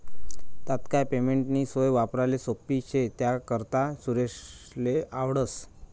तात्काय पेमेंटनी सोय वापराले सोप्पी शे त्यानाकरता सुरेशले आवडस